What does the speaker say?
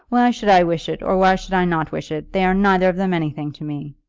why should i wish it, or why should i not wish it? they are neither of them anything to me.